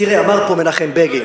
תראה, אמר פה מנחם בגין